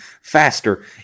faster